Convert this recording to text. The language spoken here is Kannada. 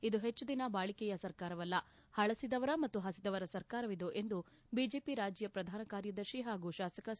ಇದು ಹೆಚ್ಚು ದಿನ ಬಾಳಿಕೆಯ ಸರ್ಕಾರವಲ್ಲ ಹಳುದವರ ಮತ್ತು ಹಸಿದವರ ಸರಕಾರವಿದು ಎಂದು ಬಿಜೆಪಿ ರಾಜ್ಯ ಪ್ರಧಾನ ಕಾರ್ಯದರ್ಶಿ ಹಾಗೂ ಶಾಸಕ ಸಿ